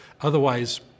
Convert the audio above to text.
Otherwise